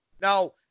now